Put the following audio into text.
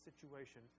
situation